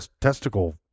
Testicle